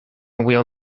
wheel